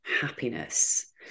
happiness